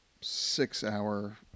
six-hour